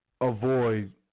avoid